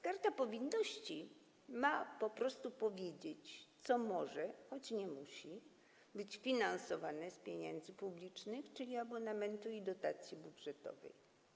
Karta powinności ma po prostu powiedzieć, co może być, choć nie musi, finansowane z pieniędzy publicznych, czyli z abonamentu i dotacji budżetowej.